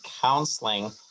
counseling